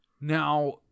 Now